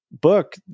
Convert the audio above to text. book